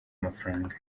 amafaranga